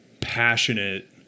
passionate